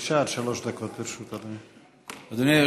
בבקשה, שלוש דקות לרשותך, אדוני.